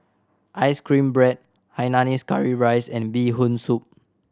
ice cream bread hainanese curry rice and Bee Hoon Soup